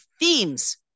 themes